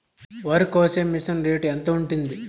వరికోసే machine rate ఎంత ఉంటుంది?